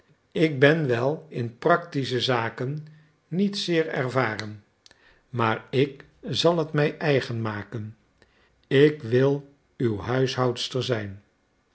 ik ben wel in practische dingen niet zeer ervaren maar ik zal t mij eigen maken ik wil uw huishoudster zijn